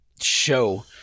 show